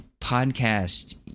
podcast